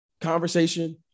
conversation